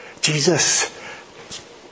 Jesus